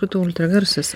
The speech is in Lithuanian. krūtų ultragarsas